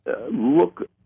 look